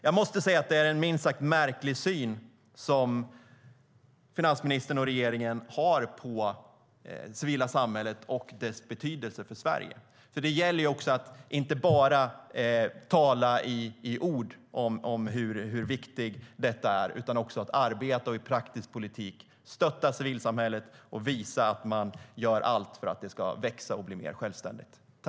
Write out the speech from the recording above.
Jag måste säga att det är en minst sagt märklig syn som finansministern och regeringen har på det civila samhället och dess betydelse för Sverige. Det gäller ju också att inte bara tala i ord om hur viktigt detta är utan också arbeta för och i praktisk politik stötta civilsamhället och visa att man gör allt för att det ska växa och bli mer självständigt.